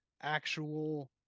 actual